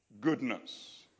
goodness